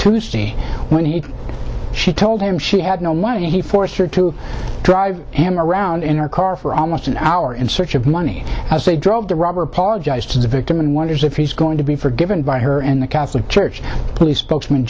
tuesday when he she told him she had no money he forced her to drive him around in her car for almost an hour in search of money as they drove the robber apologized to the victim and wonders if he's going to be forgiven by her and the catholic church police spokesman